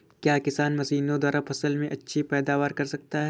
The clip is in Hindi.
क्या किसान मशीनों द्वारा फसल में अच्छी पैदावार कर सकता है?